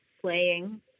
playing